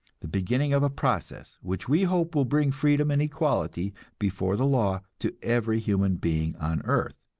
the beginning of a process which we hope will bring freedom and equality before the law to every human being on earth.